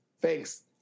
Thanks